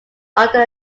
under